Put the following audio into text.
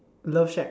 love shack